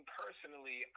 personally